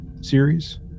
series